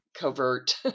covert